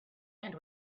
and